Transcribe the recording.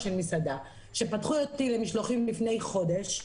כשפתחו אותי למשלוחים לפני חודש,